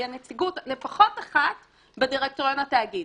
יהיה נציגות לפחות אחת בדירקטוריון התאגיד.